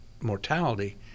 mortality